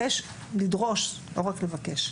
לא רק לבקש,